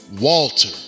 Walter